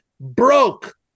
broke